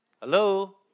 Hello